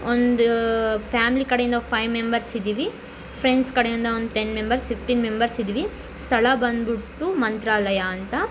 ಒಂದು ಫ್ಯಾಮ್ಲಿ ಕಡೆಯಿಂದ five members ಇದ್ದೀವಿ ಫ್ರೆಂಡ್ಸ್ ಕಡೆಯಿಂದ ಒಂದು ಟೆನ್ ಮೆಂಬರ್ಸ್ ಫಿಫ್ಟೀನ್ ಮೆಂಬರ್ಸ್ ಇದ್ದೀವಿ ಸ್ಥಳ ಬಂದ್ಬಿಟ್ಟು ಮಂತ್ರಾಲಯ ಅಂತ